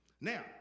Now